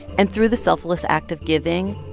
and through the selfless act of giving,